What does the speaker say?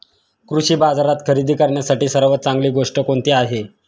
कृषी बाजारात खरेदी करण्यासाठी सर्वात चांगली गोष्ट कोणती आहे?